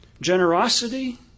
Generosity